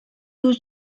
two